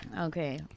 okay